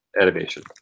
animation